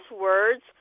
words